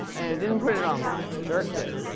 didn't put it online. dirk did.